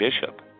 bishop